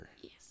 Yes